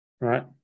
right